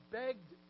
begged